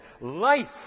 life